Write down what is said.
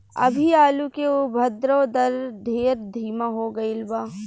अभी आलू के उद्भव दर ढेर धीमा हो गईल बा